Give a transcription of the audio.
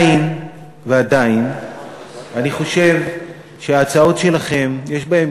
ועדיין אני חושב שההצעות שלכם יש בהן